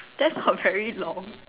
that's not very long